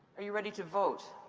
are you ready to vote?